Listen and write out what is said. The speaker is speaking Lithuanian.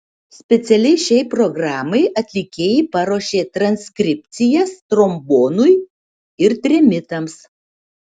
specialiai šiai programai atlikėjai paruošė transkripcijas trombonui ir trimitams